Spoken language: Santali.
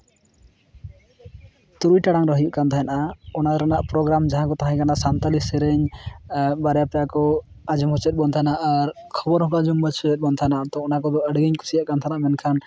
ᱛᱩᱨᱩᱭ ᱴᱟᱲᱟᱝ ᱨᱮ ᱦᱩᱭᱩᱜ ᱠᱟᱱ ᱛᱟᱦᱮᱱᱟ ᱚᱱᱟ ᱨᱮᱱᱟᱜ ᱯᱨᱳᱜᱨᱟᱢ ᱡᱟᱦᱟᱸ ᱠᱚ ᱛᱟᱦᱮᱠᱟᱱᱟ ᱥᱟᱱᱛᱟᱲᱤ ᱥᱮᱨᱮᱧ ᱵᱟᱨᱭᱟ ᱯᱮᱭᱟ ᱠᱚ ᱟᱸᱡᱚᱢ ᱦᱚᱪᱚᱭᱮᱫ ᱵᱚᱱ ᱛᱟᱦᱮᱱᱟ ᱠᱷᱚᱵᱚᱨ ᱦᱚᱸᱠᱚ ᱟᱸᱡᱚᱢ ᱦᱚᱪᱚᱭᱮᱫ ᱵᱚᱱ ᱛᱟᱦᱮᱱᱟ ᱛᱚ ᱚᱱᱟ ᱠᱚᱫᱚ ᱟᱰᱤᱜᱤᱧ ᱠᱩᱥᱤᱭᱟᱜ ᱠᱟᱱ ᱛᱟᱦᱮᱱᱟ ᱢᱮᱱᱠᱷᱟᱱ